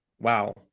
Wow